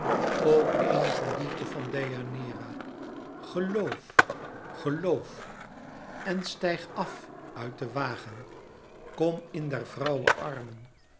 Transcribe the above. o eénige liefde van deianeira geloof geloof en stijg af uit den wagen kom in der vrouwe armen